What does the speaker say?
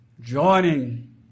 joining